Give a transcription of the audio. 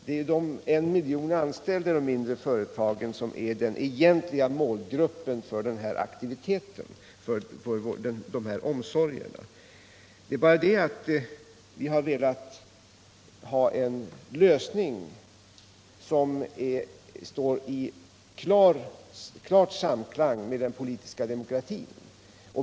Det är de miljoner anställda i företagen som är den egentliga målgruppen för de här omsorgerna. Det är bara det att vi velat ha en lösning som står i klar samklang med den politiska demokratin.